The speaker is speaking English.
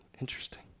Interesting